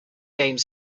game